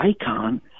icon